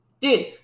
Dude